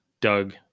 Doug